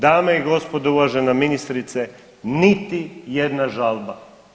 Dame i gospodo uvažena ministrice niti jedna žalba.